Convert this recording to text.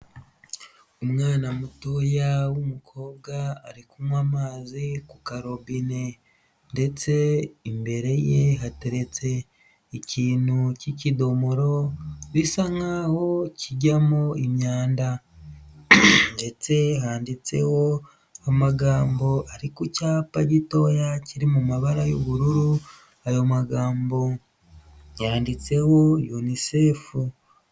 Umwana mutoya w'umukobwa ari kunywa amazi ku karobine ndetse imbere ye hateretse ikintu cy'ikidomoro bisa nkaho kijyamo imyanda ndetse handitseho amagambo ari ku cyapa gitoya kiri mu mabara y'ubururu, ayo magambo yanditseho UNICEF.